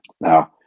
now